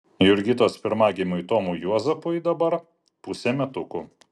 jurgitos pirmagimiui tomui juozapui dabar pusė metukų